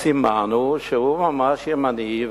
סימן הוא שהוא ממש ימני,